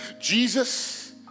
Jesus